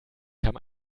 kam